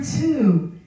two